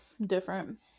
different